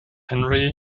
henry